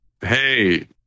hey